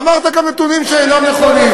אמרת כאן נתונים שאינם נכונים.